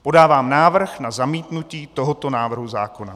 Podávám návrh na zamítnutí tohoto návrhu zákona.